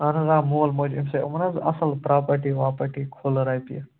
اَہَن حظ آ مول موج أمِس یِمن حظ اَصٕل پرٛاپرٹی واپرٹی کُھلہٕ رۄپیہِ